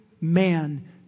man